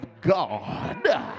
God